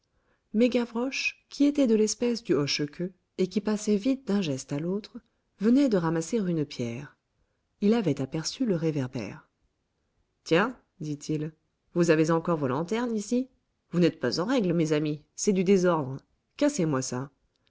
mais gavroche qui était de l'espèce du hoche queue et qui passait vite d'un geste à l'autre venait de ramasser une pierre il avait aperçu le réverbère tiens dit-il vous avez encore vos lanternes ici vous n'êtes pas en règle mes amis c'est du désordre cassez moi ça